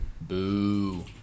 Boo